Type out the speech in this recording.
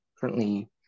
currently